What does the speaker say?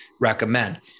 recommend